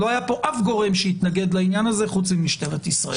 לא היה פה אף גורם שהתנגד לעניין הזה חוץ ממשטרת ישראל.